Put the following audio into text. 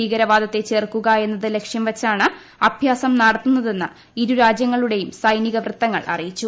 ഭീകരവാദത്തെ ചെറുക്കുക എന്ന ലക്ഷ്യംവച്ചാണ് അഭ്യാസം നടത്തുന്നതെന്ന് ഇരുരാജ്യങ്ങളുടെയും സൈനിക വൃത്തങ്ങൾ അറിയിച്ചു